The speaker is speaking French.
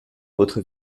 votre